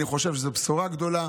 אני חושב שזו בשורה גדולה